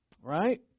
right